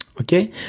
Okay